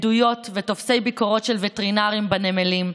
ועדויות וטופסי ביקורות של וטרינרים בנמלים.